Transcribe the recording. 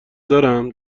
دارم